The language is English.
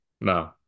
No